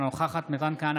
אינה נוכחת מתן כהנא,